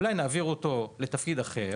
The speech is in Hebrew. אולי נעביר אותו לתפקיד אחר.